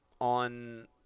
on